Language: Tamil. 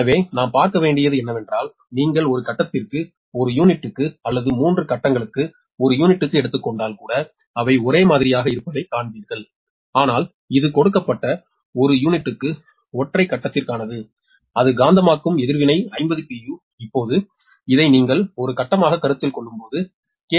எனவே நாம் பார்க்க வேண்டியது என்னவென்றால் நீங்கள் ஒரு கட்டத்திற்கு ஒரு யூனிட்டுக்கு அல்லது மூன்று கட்டங்களுக்கு ஒரு யூனிட்டுக்கு எடுத்துக் கொண்டால் கூட அவை ஒரே மாதிரியாக இருப்பதைக் காண்பீர்கள் ஆனால் இது கொடுக்கப்பட்ட ஒரு யூனிட்டுக்கு ஒற்றை கட்டத்திற்கானது அது காந்தமாக்கும் எதிர்வினை 50 pu இப்போது இதை நீங்கள் ஒரு கட்டமாகக் கருத்தில் கொள்ளும்போது கே